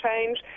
change